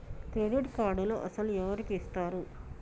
Credit కార్డులు అసలు ఎవరికి ఇస్తారు?